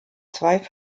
zwei